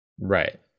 Right